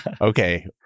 Okay